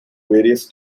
various